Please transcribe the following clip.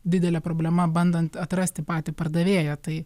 didelė problema bandant atrasti patį pardavėją tai